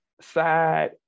side